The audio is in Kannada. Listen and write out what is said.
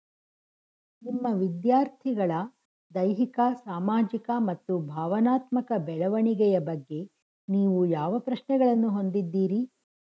ನಿಮ್ಮ ವಿದ್ಯಾರ್ಥಿಗಳ ದೈಹಿಕ ಸಾಮಾಜಿಕ ಮತ್ತು ಭಾವನಾತ್ಮಕ ಬೆಳವಣಿಗೆಯ ಬಗ್ಗೆ ನೀವು ಯಾವ ಪ್ರಶ್ನೆಗಳನ್ನು ಹೊಂದಿದ್ದೀರಿ?